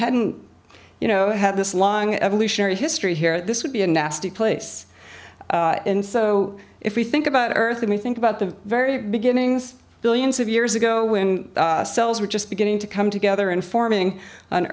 hadn't you know had this long evolutionary history here this would be a nasty place in so if we think about earth me think about the very beginnings billions of years ago when cells were just beginning to come together and forming